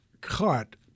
cut